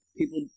people